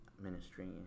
ministry